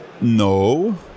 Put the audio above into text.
No